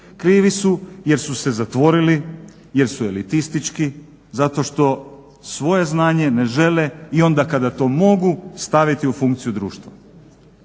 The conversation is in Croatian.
Krivi su jer su se zatvorili, jer su elitistički, zato što svoje znanje ne žele i onda kada to mogu staviti u funkciju društva.